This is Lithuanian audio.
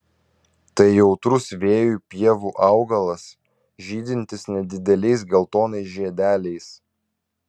tai jautrus vėjui pievų augalas žydintis nedideliais geltonais žiedeliais